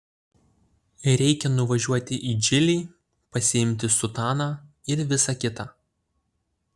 reikia nuvažiuoti į džilį pasiimti sutaną ir visa kita